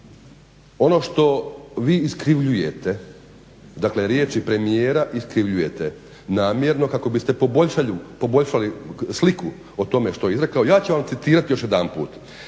ono što vi iskrivljujete, dakle riječi premijera iskrivljujete namjerno kako biste poboljšali sliku o tome što je rekao, ja ću vam citirati još jedanput.